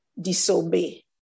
disobey